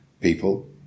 people